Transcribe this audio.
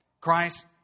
Christ